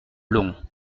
long